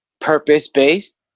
purpose-based